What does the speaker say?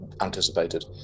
anticipated